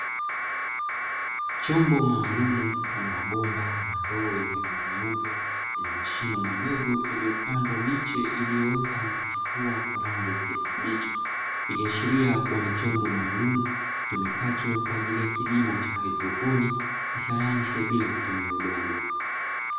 Chombo maalumu mfano wa bomba ama ndoo ya rangi nyeupe; yenye mashimo madogo yaliyopandwa miche iliyoota na kuchopua kwa rangi ya kijani kibichi, ikiashiria kuwa ni chombo maalumu, kitumikacho kwa ajili ya kilimo cha haidroponi, kwa sayansi ya bila kutumia udongo.